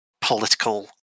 political